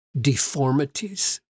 deformities